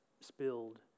spilled